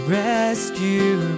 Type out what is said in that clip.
rescue